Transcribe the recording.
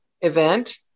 event